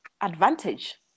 advantage